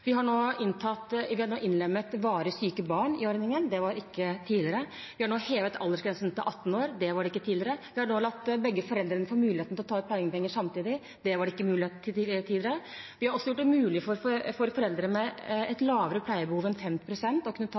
Vi har nå innlemmet varig syke barn i ordningen. Det var de ikke tidligere. Vi har nå hevet aldersgrensen til 18 år. Slik var det ikke tidligere. Vi har nå latt begge foreldrene få muligheten til å ta ut pleiepenger samtidig. Det var det ikke mulighet til tidligere. Vi har også gjort det mulig for foreldre med et lavere pleiebehov enn 5 pst. å